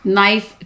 Knife